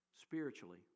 spiritually